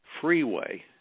freeway